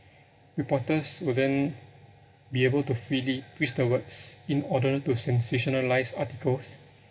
reporters will then be able to freely twist the words in order to sensationalise articles